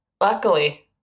luckily